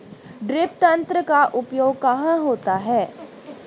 Drip तंत्र का उपयोग कहाँ होता है?